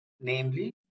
namely